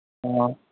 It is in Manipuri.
ꯑꯣ